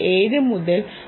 7 മുതൽ 1